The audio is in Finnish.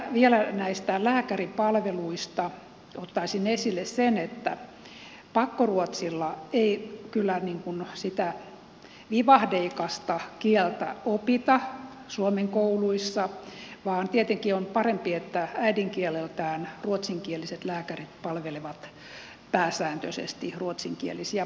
vielä näistä lääkäripalveluista ottaisin esille sen että pakkoruotsilla ei kyllä sitä vivahteikasta kieltä opita suomen kouluissa vaan tietenkin on parempi että äidinkieleltään ruotsinkieliset lääkärit palvelevat pääsääntöisesti ruotsinkielisiä potilaita